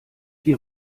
die